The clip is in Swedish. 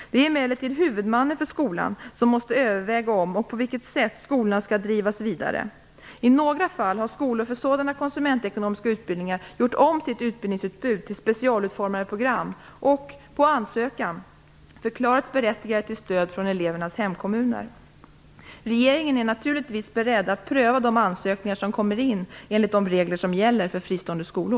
Det är emellertid huvudmannen för skolorna som måste överväga om och på vilket sätt skolorna skall drivas vidare. I några fall har skolor med sådana konsumentekonomiska utbildningar gjort om sitt utbildningsutbud till specialutformade program och - på ansökan - förklarats berättigade till stöd från elevernas hemkommuner. Regeringen är naturligtvis beredd att pröva de ansökningar som kommer in enligt de regler som gäller för fristående skolor.